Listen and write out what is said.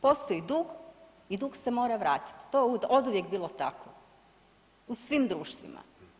Postoji dug i dug se mora vratiti, to je oduvijek bilo tako u svim društvima.